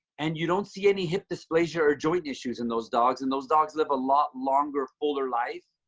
and you don't see any hip dysplasia or joint issues in those dogs. and those dogs live a lot longer, fuller life.